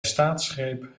staatsgreep